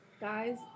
Guys